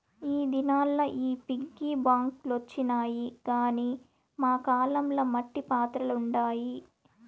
ఈ దినాల్ల ఈ పిగ్గీ బాంక్ లొచ్చినాయి గానీ మా కాలం ల మట్టి పాత్రలుండాయి